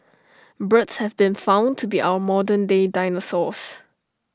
birds have been found to be our modern day dinosaurs